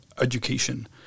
education